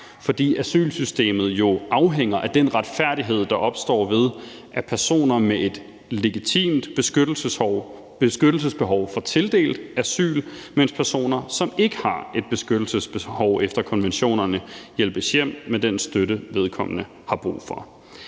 For asylsystemet afhænger jo af den retfærdighed, der opstår, ved at personer med et legitimt beskyttelsesbehov får tildelt asyl, mens personer, som ikke har et beskyttelsesbehov efter konventionerne, hjælpes hjem med den støtte, vedkommende har brug for.